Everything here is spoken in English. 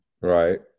Right